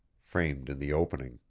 framed in the opening.